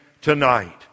tonight